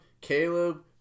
Caleb